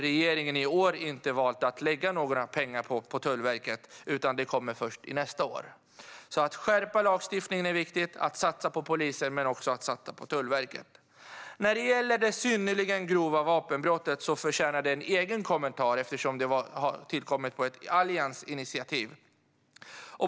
Regeringen har i år valt att inte lägga några pengar på Tullverket, utan det kommer först nästa år. Det är alltså viktigt att skärpa lagstiftningen och att satsa på polisen men också att satsa på Tullverket. Det som gäller det synnerligen grova vapenbrottet förtjänar en egen kommentar eftersom förslaget har tillkommit på ett alliansinitiativ.